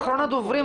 אחרון הדוברים,